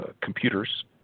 computers